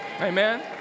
Amen